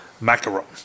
macaron